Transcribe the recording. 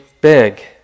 big